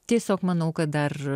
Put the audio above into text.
tiesiog manau kad dar